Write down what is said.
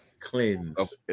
cleanse